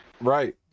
right